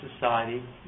society